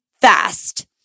fast